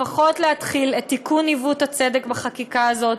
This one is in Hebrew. לפחות להתחיל את תיקון עיוות הצדק בחקיקה הזאת,